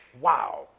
Wow